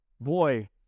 boy